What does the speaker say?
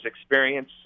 Experience